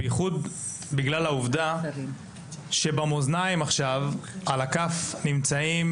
בייחוד בגלל העובדה שבמאזניים עכשיו על הכף נמצאים